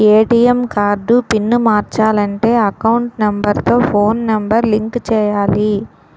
ATM card pin మార్చాలంటే account number తో phone number link చేయాలి